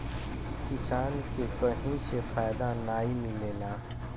किसान के कहीं से फायदा नाइ मिलेला